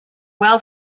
well